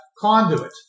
conduit